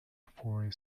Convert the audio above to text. for